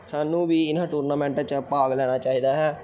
ਸਾਨੂੰ ਵੀ ਇਹਨਾਂ ਟੂਰਨਾਮੈਂਟ 'ਚ ਭਾਗ ਲੈਣਾ ਚਾਹੀਦਾ ਹੈ